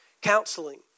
counseling